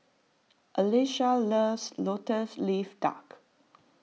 Alisha loves Lotus Leaf Duck